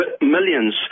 millions